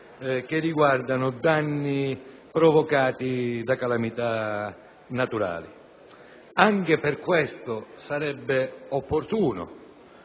per i danni provocati da calamità naturali. Anche per questo sarebbe opportuno